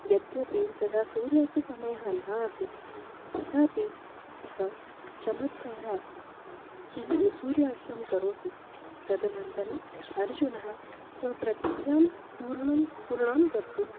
यद्यपि तदा सूर्यास्तसमयः न आसीत् तथापि सः चमत्कारः सह सूर्यास्तं करोति तदनन्तरम् अर्जुनः स्वप्रतिज्ञां पूर्णां पूर्णां कर्तुम्